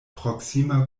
proksima